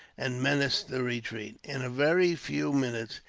and menaced the retreat. in a very few minutes,